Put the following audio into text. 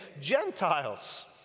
Gentiles